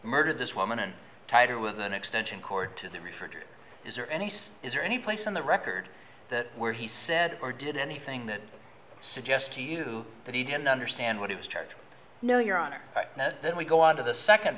murdered this woman and tiger with an extension cord to the refrigerator is there any is there any place on the record that where he said or did anything that suggest to you that he didn't understand what he was charged to know your honor then we go on to the second